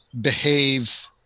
behave